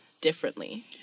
differently